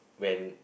when